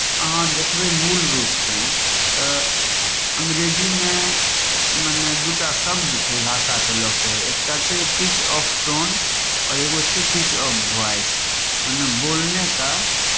अहाँ देखबै मूल रूपसँ तऽ अंग्रेजीमे मने दू टा शब्द छै भाषाकेँ लऽ कऽ एकटा छै पिच ऑफ टोन आओर एगो छै पिच ऑफ वॉइस मने बोलने का